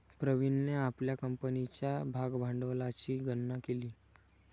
प्रवीणने आपल्या कंपनीच्या भागभांडवलाची गणना केली